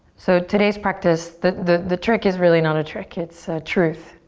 so today's practice, the the trick is really not a trick, it's a truth.